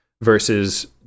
versus